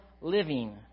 living